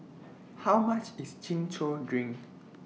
How much IS Chin Chow Drink